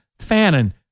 Fannin